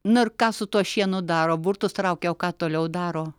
nu ir ką su tuo šienu daro burtus traukia o ką toliau daro